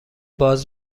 باز